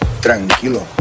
tranquilo